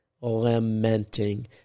lamenting